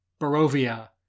Barovia